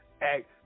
act